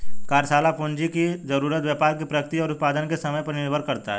कार्यशाला पूंजी की जरूरत व्यापार की प्रकृति और उत्पादन के समय पर निर्भर करता है